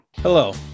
Hello